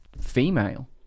Female